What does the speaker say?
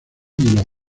los